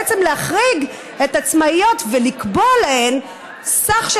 בעצם להחריג את העצמאיות ולקבוע להן סך של